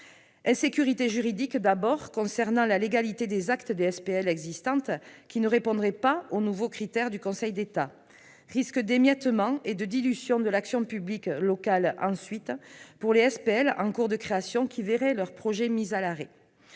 insécurité juridique concernant la légalité des actes des SPL existantes qui ne répondraient pas au nouveau critère défini par le Conseil d'État ; risque d'émiettement et de dilution de l'action publique locale pour les SPL en cours de création, qui verraient leurs projets mis à l'arrêt.